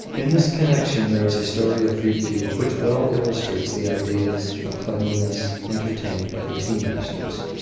in this connection there is a story of rikiu which well illustrates the ideas of cleanliness entertained by the tea-masters.